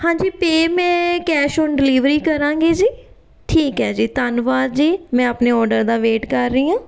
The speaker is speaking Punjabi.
ਹਾਂਜੀ ਪੇ ਮੈਂ ਕੈਸ਼ ਔਨ ਡਿਲੀਵਰੀ ਕਰਾਂਗੀ ਜੀ ਠੀਕ ਹੈ ਜੀ ਧੰਨਵਾਦ ਜੀ ਮੈਂ ਆਪਣੇ ਔਡਰ ਦਾ ਵੇਟ ਕਰ ਰਹੀ ਹਾਂ